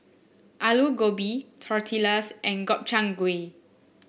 Alu Gobi Tortillas and Gobchang Gui